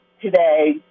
today